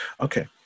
okay